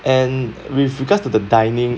and with regards to the dining